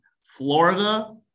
Florida